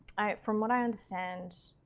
from what i understand,